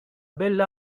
belle